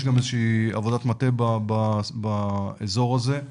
יש גם איזה שהיא עבודת מטה באזור הזה,